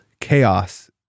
chaos